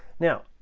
now,